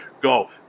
go